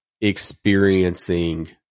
experiencing